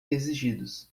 exigidos